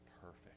perfect